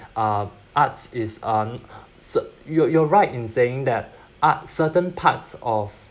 uh arts is uh you're right in saying that art certain parts of